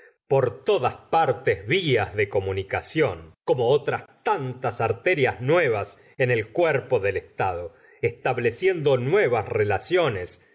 por todas partes vías de comunicación como otras tantas arterias nuevas en el cuerpo del estado estableciendo nuevas relaciones